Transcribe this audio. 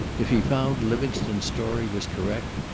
if he found livingstone's story was correct,